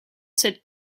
cette